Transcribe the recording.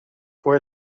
voor